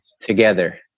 together